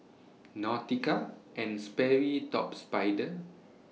Nautica and Sperry Top Spider